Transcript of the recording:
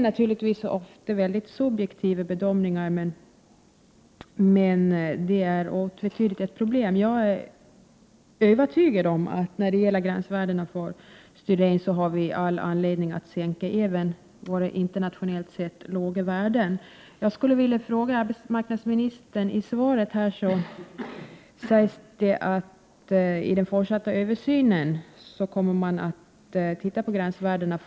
Det rör sig ofta om subjektiva bedömningar, men det är otvetydigt att här föreligger ett problem. Jag är övertygad om att när det gäller gränsvärdet för styren, har vi all anledning att ytterligare sänka våra internationellt sett låga värden. I svaret säger arbetsmarknadsministern att frågan om gränsvärdet för styren kommer att behandlas i den fortsatta översynen under 1989.